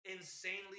insanely